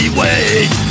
wait